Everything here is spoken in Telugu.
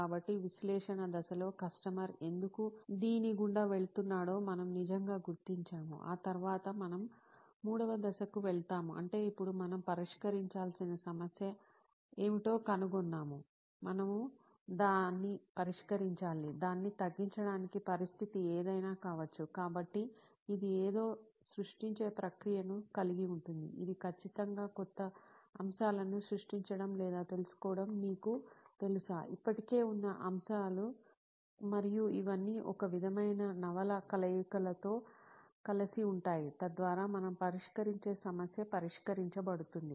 కాబట్టి విశ్లేషణ దశలో కస్టమర్ ఎందుకు దీని గుండా వెళుతున్నాడో మనం నిజంగా గుర్తించాము ఆ తరువాత మనము మూడవ దశకు వెళ్తాము అంటే ఇప్పుడు మనం పరిష్కరించాల్సిన సమస్య ఏమిటో కనుగొన్నాము మనము దాన్ని పరిష్కరించాలి దాన్ని తగ్గించడానికిపరిస్థితి ఏదైనా కావచ్చు కాబట్టి ఇది ఏదో సృష్టించే ప్రక్రియను కలిగి ఉంటుంది ఇది ఖచ్చితంగా కొత్త అంశాలు సృష్టించడం లేదా తెలుసుకోవడం మీకు తెలుసా ఇప్పటికే ఉన్న అంశాలు మరియు ఇవన్నీ ఒక విధమైన నవల కలయికలో కలిసి ఉంటాయి తద్వారా మనం పరిష్కరించే సమస్య పరిష్కరించబడుతుంది